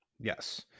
Yes